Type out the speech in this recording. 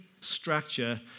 structure